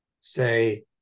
say